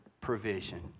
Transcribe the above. provision